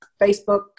Facebook